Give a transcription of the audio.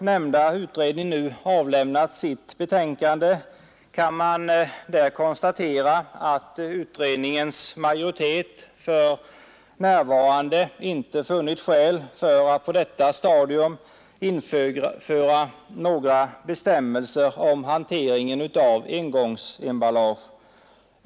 Nämnda utredning har nu avlämnat detta, och man kan konstatera att utredningens majoritet inte funnit skäl för att på detta stadium införa några bestämmelser om hanteringen av engångsemballage.